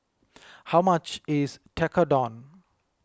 how much is Tekkadon